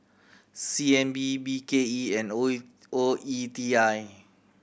C N B B K E and O A O E T I